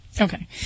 Okay